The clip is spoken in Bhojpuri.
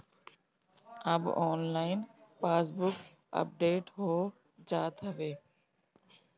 अब ऑनलाइन पासबुक अपडेट हो जात हवे